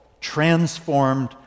transformed